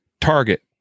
target